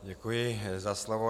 Děkuji za slovo.